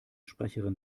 sprecherin